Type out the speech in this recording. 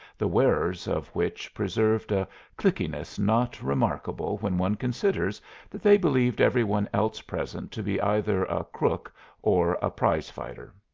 the wearers of which preserved a cliqueness not remarkable when one considers that they believed every one else present to be either a crook or a prize-fighter.